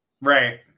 Right